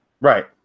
Right